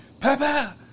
Papa